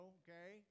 okay